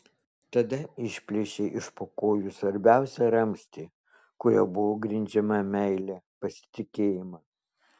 tada išplėšei iš po kojų svarbiausią ramstį kuriuo buvo grindžiama meilė pasitikėjimą